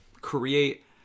create